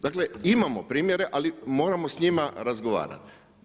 Dakle, imamo primjere ali moramo s njima razgovarati.